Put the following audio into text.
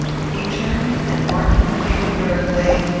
he turned, and, marking the paper where it lay,